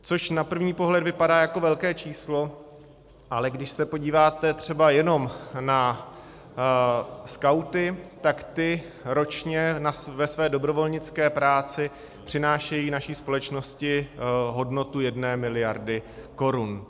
Což na první pohled vypadá jako velké číslo, ale když se podíváte třeba jenom na skauty, tak ti ročně ve své dobrovolnické práci přinášejí naší společnosti hodnotu jedné miliardy korun.